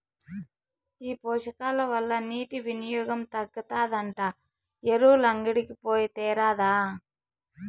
ఈ పోషకాల వల్ల నీటి వినియోగం తగ్గుతాదంట ఎరువులంగడికి పోయి తేరాదా